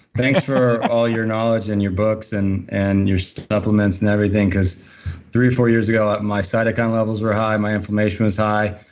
thanks for all your knowledge and your books and and your supplements and everything. because three or four years ago, ah my cytokine levels were high, my inflammation was high,